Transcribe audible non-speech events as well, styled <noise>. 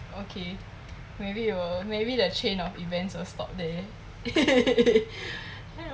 okay maybe will maybe the chain of events will stop there <laughs>